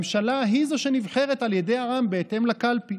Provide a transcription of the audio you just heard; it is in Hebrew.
ממשלה היא זו שנבחרת על ידי העם בהתאם לקלפי.